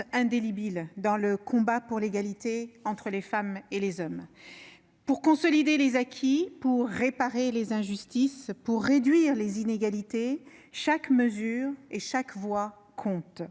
indélébile dans le combat pour l'égalité entre les femmes et les hommes. Pour consolider les acquis, pour réparer les injustices, pour réduire les inégalités, chaque mesure et chaque voix comptent.